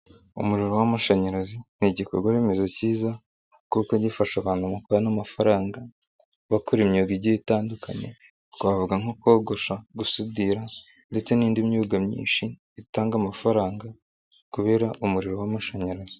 Umuriro w'amashanyarazi ni igikorwa remezo kiza, kuko gifasha abantu mu kubona amafaranga bakora imyuga igiye itandukanye. Twavuga nko kogosha, gusudira ndetse n'indi myuga myinshi itanga amafaranga kubera umuriro w'amashanyarazi.